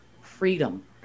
freedom